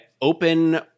open